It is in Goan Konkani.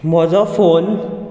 म्हजो फोन